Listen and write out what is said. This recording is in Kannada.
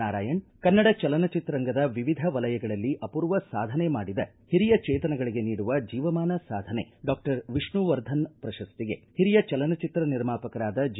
ನಾರಾಯಣ್ ಕನ್ನಡ ಚಲನಚಿತ್ರ ರಂಗದ ವಿವಿಧ ವಲಯಗಳಲ್ಲಿ ಅಪೂರ್ವ ಸಾಧನೆ ಮಾಡಿದ ಹಿರಿಯ ಚೇತನಗಳಿಗೆ ನೀಡುವ ಜೀವಮಾನ ಸಾಧನೆ ಡಾಕ್ಷರ್ ವಿಷ್ಣುವರ್ಧನ್ ಪ್ರಶಸ್ತಿಗೆ ಹಿರಿಯ ಚಲನಚಿತ್ರ ನಿರ್ಮಾಪಕರಾದ ಜಿ